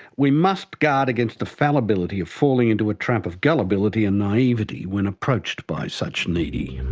we must guard against the fallibility of falling into a trap of gullibility and naivety when approached by such needy.